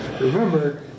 Remember